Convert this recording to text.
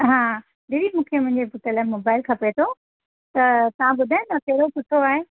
हा दीदी मूंखे मुंहिंजे पुट लाइ मोबाइल खपे थो त तव्हां ॿुधाईंदा कहिड़ो सुठो आहे